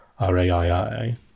RAII